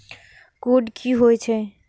Code की होय छै?